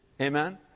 Amen